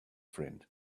friend